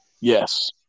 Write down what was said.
Yes